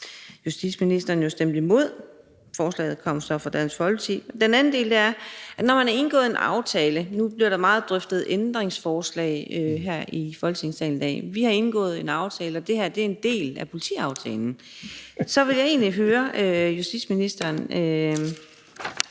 justitsministeren jo stemte imod – forslaget kom så fra Dansk Folkeparti. Den anden ting er, at vi har indgået en aftale – nu bliver der meget drøftet ændringsforslag her i Folketingssalen i dag – og det her er en del af politiaftalen, og så vil jeg egentlig høre justitsministeren: